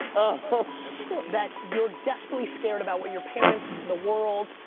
so that you're desperately scared about what your parents, the world,